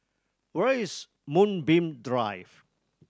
where is Moonbeam Drive